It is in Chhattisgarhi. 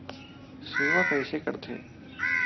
सेवा कइसे करथे?